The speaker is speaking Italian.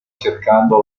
cercando